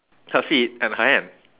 her feet and her hand